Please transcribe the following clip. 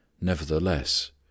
nevertheless